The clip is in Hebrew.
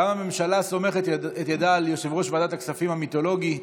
גם הממשלה סומכת את ידה על יושב-ראש ועדת הכספים המיתולוגי.